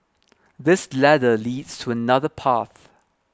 this ladder leads to another path